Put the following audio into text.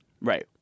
Right